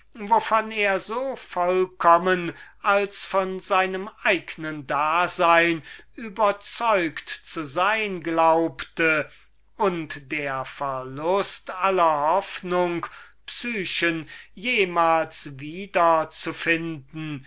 wovon er so vollkommen als von seinem eignen dasein überzeugt zu sein glaubte der verlust aller hoffnung psyche jemals wieder zu finden